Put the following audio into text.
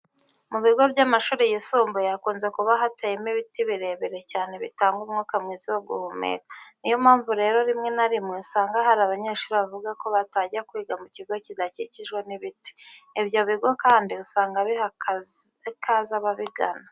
Mu bigo by'amashuri yisumbuye hakunze kuba hateyemo ibiti birebire cyane bitanga umwuka mwiza wo guhumeka. Ni yo mpamvu rero rimwe na rimwe usanga hari abanyeshuri bavuga ko batajya kwiga mu kigo kidakikijwe n'ibiti. Ibyo bigo kandi usanga biha ikaze ababigana.